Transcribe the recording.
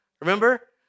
Remember